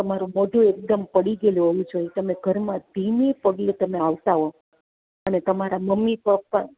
તમારું મોઢું એકદમ પડી ગયેલું હોવું જોઈએ તમે ઘરમાં ધીમે પગલે તમે આવતાં હો અને તમારા મમ્મી પપ્પા